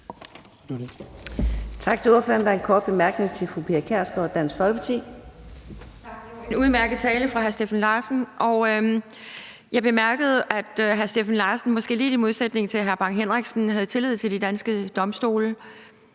Tak til ordføreren. Der er en kort bemærkning til fru Pia Kjærsgaard, Dansk Folkeparti. Kl. 16:42 Pia Kjærsgaard (DF): Tak. Det var en udmærket tale fra hr. Steffen Larsen. Jeg bemærkede, at hr. Steffen Larsen måske lidt i modsætning til hr. Preben Bang Henriksen havde tillid til de danske domstole.